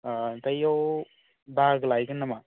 ओ इयाव बाहागो लाहैगोन नामा